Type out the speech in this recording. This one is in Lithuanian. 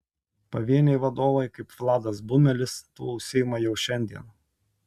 pavieniai vadovai kaip vladas bumelis tuo užsiima jau šiandien